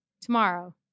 tomorrow